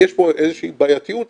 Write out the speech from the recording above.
יש פה איזושהי בעייתיות,